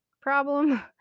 problem